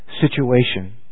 situation